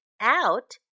out